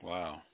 Wow